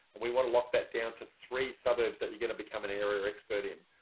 and we want to lock that down to three suburbs that you're going to become an area expert in.